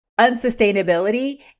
unsustainability